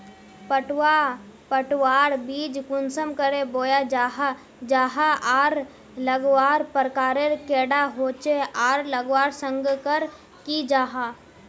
पटवा पटवार बीज कुंसम करे बोया जाहा जाहा आर लगवार प्रकारेर कैडा होचे आर लगवार संगकर की जाहा?